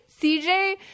CJ